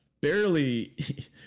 barely